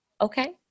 Okay